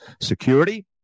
security